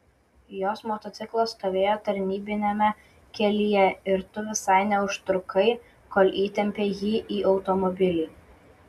jos motociklas stovėjo tarnybiniame kelyje ir tu visai neužtrukai kol įtempei jį į automobilį